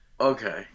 Okay